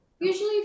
Usually